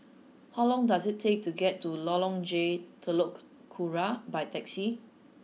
how long does it take to get to Lorong J Telok Kurau by taxi